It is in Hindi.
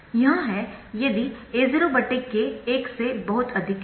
यह है यदि A0k एक से बहुत अधिक है